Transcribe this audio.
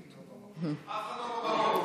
אף אחד לא במקום.